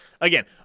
Again